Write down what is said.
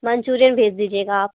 Manchurian भेज दीजिएगा आप